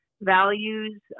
values